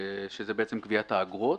שזה בעצם קביעת האגרות.